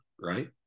right